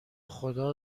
خدا